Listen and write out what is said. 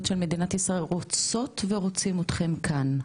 של מדינת ישראל רוצות ורוצים אותכם כאן,